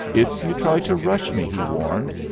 if you try to rush me, he warned,